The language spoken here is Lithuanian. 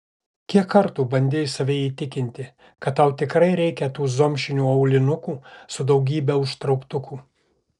kiek kartų bandei save įtikinti kad tau tikrai reikia tų zomšinių aulinukų su daugybe užtrauktukų